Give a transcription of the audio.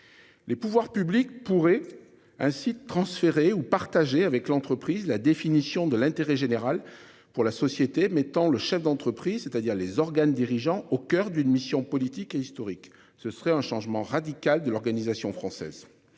Les pouvoirs publics pourraient ainsi transférer ou partager avec l'entreprise, la définition de l'intérêt général pour la société mettant le chef d'entreprise, c'est-à-dire les organes dirigeants au coeur d'une mission politique et historique, ce serait un changement radical de l'organisation française.